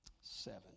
Seven